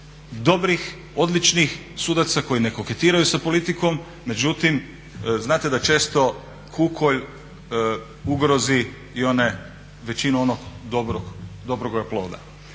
dobrih, odličnih sudaca koji ne koketiraju sa politikom, međutim znate da često kukolj ugrozi i većinu onog dobroga ploda.